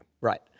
Right